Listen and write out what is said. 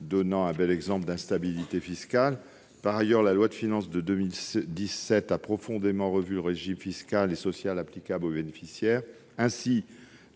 donnant un bel exemple d'instabilité fiscale. Par ailleurs, la loi de finances pour 2017 a profondément revu le régime fiscal et social applicable aux bénéficiaires du dispositif. Ainsi,